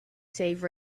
save